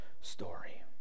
story